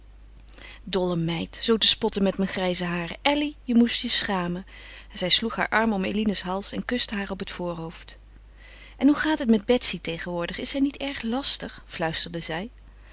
dolle meid zoo te spotten met mijn grijze haren elly je moest je schamen en zij sloeg haar arm om eline's hals en kuste haar op het voorhoofd en hoe gaat het met betsy tegenwoordig is zij niet erg lastig fluisterde zij